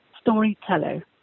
storyteller